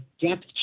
depth